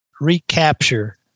recapture